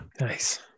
Nice